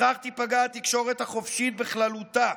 בכך תיפגע התקשורת החופשית בכללותה.